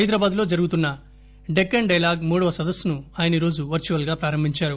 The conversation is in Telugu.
హైదరాబాద్ లో జరుగుతున్న డెక్కన్ డైలాగ్ మూడవ సదస్సును ఆయనీరోజు వర్చ్చువల్ గా ప్రారంభించారు